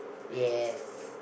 yes